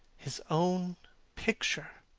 his own picture!